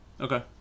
Okay